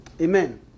Amen